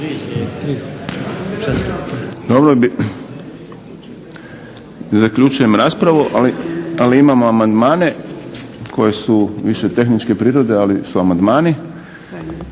Dobro, zaključujem raspravu, ali imamo amandmane koji su više tehničke prirode, ali su amandmani.